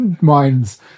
minds